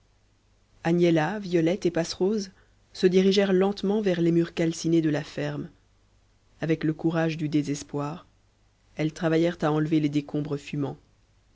agnella violette et passerose se dirigèrent lentement vers les murs calcinés de la ferme avec le courage du désespoir elles travaillèrent à enlever les décombres fumants